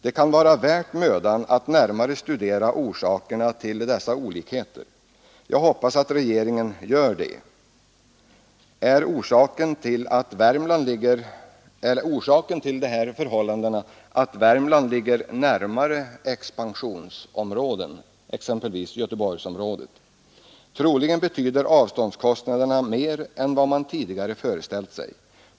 Det kan vara värt mödan att närmare studera orsaken till dessa olikheter. Jag hoppas regeringen gör det. Är orsaken möjligen att Värmland ligger närmare expansionsområden, exempelvis Göteborgsområdet? Troligen betyder avståndskostnaderna mer än vad man tidigare föreställt sig.